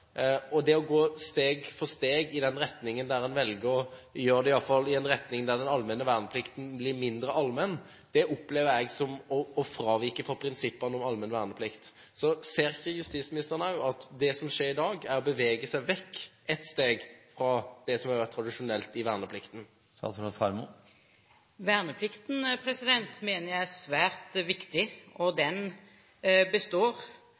Det å gå steg for steg i den retningen en velger, gjør det i alle fall til en retning der den allmenne verneplikten blir mindre allmenn. Jeg opplever det som å fravike prinsippene om allmenn verneplikt. Ser ikke også justisministeren at det som skjer i dag, er å bevege seg ett steg vekk fra det som har vært tradisjonelt i verneplikten? Verneplikten mener jeg er svært viktig, og den består.